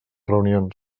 reunions